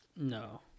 No